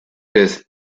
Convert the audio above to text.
des